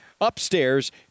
upstairs